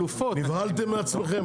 נבהלתם מעצמכם?